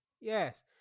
Yes